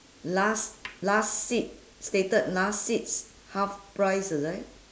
last last seat stated last seats half price is it